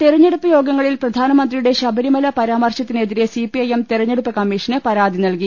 തെരഞ്ഞെടുപ്പ് യോഗങ്ങളിൽ പ്രധാനമന്ത്രിയുടെ ശബരിമല പരാമർശത്തിനെതിരെ സിപിഐഎം തെരഞ്ഞെടുപ്പ് കമ്മീഷന് പരാതി നൽകി